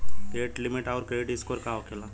Credit limit आउर credit score का होखेला?